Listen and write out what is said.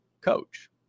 coach